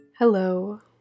hello